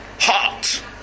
hot